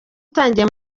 utangiye